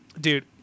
Dude